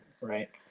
right